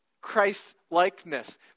Christ-likeness